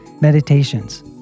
meditations